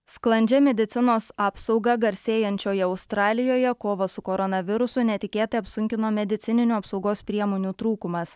sklandžia medicinos apsauga garsėjančioje australijoje kovą su koronavirusu netikėtai apsunkino medicininių apsaugos priemonių trūkumas